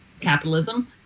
capitalism